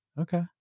Okay